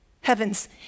heavens